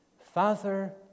Father